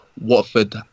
Watford